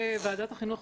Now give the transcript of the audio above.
בוועדת החינוך,